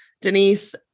Denise